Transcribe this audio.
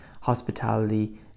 hospitality